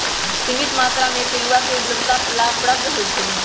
सीमित मत्रा में पिलुआ के उपलब्धता लाभप्रद होइ छइ